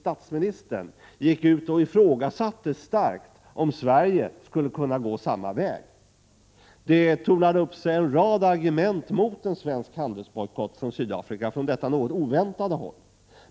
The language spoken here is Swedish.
statsministern, gick ut och ifrågasatte starkt om Sverige skulle kunna gå samma väg. Det tornade upp sig en rad argument mot en svensk handelsbojkott mot Sydafrika från detta något oväntade håll.